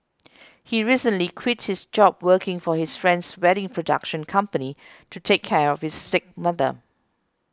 he recently quit his job working for his friend's wedding production company to take care of his sick mother